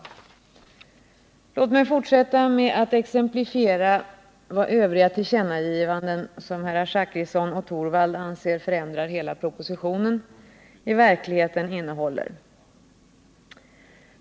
Låt mig fortsätta med att exemplifiera vad övriga tillkännagivanden, som herrar Zachrisson och Torwald anser förändra hela propositionen, i verkligheten innehåller.